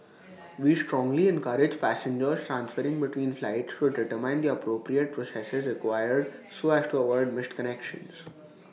we strongly encourage passengers transferring between flights to determine the appropriate processes required so as to avoid missed connections